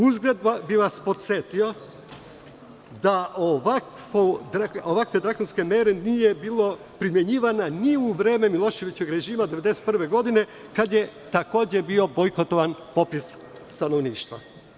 Uzgred bih vas podsetio da ovakve drakonska mera nije bila primenjivana ni u vreme Miloševićevog režima, 1991. godine, kada je takođe bio bojkotovan popis stanovništva.